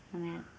हमे